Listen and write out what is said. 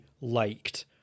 liked